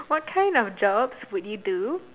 what kind of jobs would you do